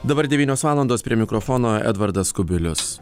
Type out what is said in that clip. dabar devynios valandos prie mikrofono edvardas kubilius